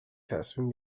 تصمیم